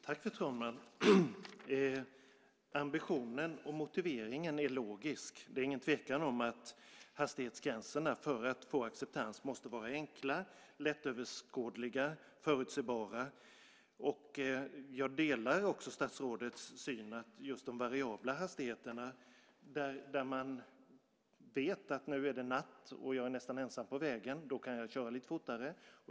Fru talman! Ambitionen och motiveringen är logisk. Det är ingen tvekan om att hastighetsgränserna måste vara enkla, lättöverskådliga och förutsägbara för att man ska få acceptans. Jag delar också statsrådets syn på de variabla hastigheterna där man vet att när det är natt och man är nästan ensam på vägen kan man köra lite fortare.